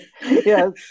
Yes